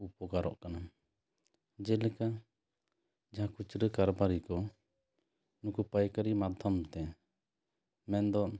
ᱩᱯᱚᱠᱟᱨᱚᱜ ᱠᱟᱱᱟ ᱡᱮᱞᱮᱠᱟ ᱡᱟᱦᱟᱸ ᱠᱷᱩᱪᱨᱟᱹ ᱠᱟᱨᱵᱟᱨᱤ ᱠᱚ ᱱᱩᱠᱩ ᱯᱟᱭᱠᱟᱹᱨᱤ ᱢᱟᱫᱽᱫᱷᱚᱢ ᱛᱮ ᱢᱮᱱ ᱫᱚ